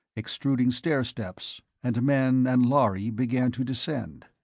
extruding stairsteps, and men and lhari began to descend.